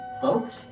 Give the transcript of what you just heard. Folks